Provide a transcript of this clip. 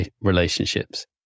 relationships